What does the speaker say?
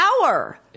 power